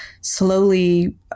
slowly